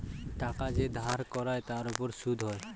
টাকা যে ধার করায় তার উপর সুদ হয়